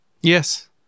Yes